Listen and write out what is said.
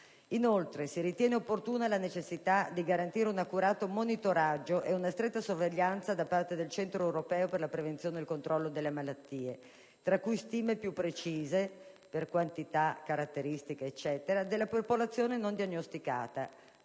Inoltre, si ritiene opportuna la necessità di garantire un accurato monitoraggio ed una stretta sorveglianza da parte del Centro europeo per la prevenzione e il controllo delle malattie, tra cui stime più precise (per quantità, caratteristiche eccetera) della popolazione non diagnosticata,